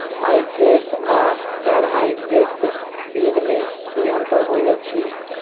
Hybrids आ गैर hybrids बीज म की अंतर होइ अछि?